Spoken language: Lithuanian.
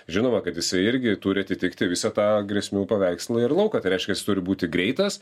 žinoma kad jisai irgi turi atitikti visą tą grėsmių paveikslą ir lauką tai reiškias jis turi būti greitas